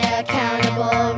accountable